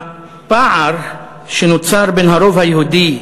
הפער שנוצר בין הרוב היהודי